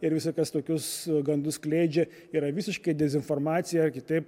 ir visi kas tokius gandus skleidžia yra visiškai dezinformacija yra kitaip